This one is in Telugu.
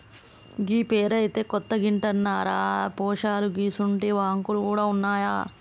గీ పేరైతే కొత్తగింటన్నరా పోశాలూ గిసుంటి బాంకులు గూడ ఉన్నాయా